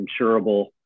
insurable